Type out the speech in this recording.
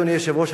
אדוני היושב-ראש,